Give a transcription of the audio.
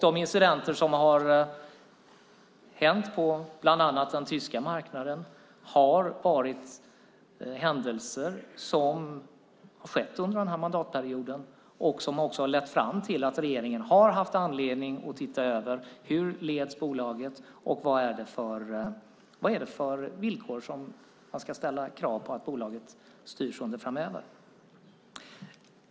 De incidenter som har skett på bland annat den tyska marknaden har varit händelser som har skett under denna mandatperiod och som också har lett fram till att regeringen har haft anledning att se över hur bolaget leds och vilka villkor som man ska ställa krav på att bolaget styrs under framöver.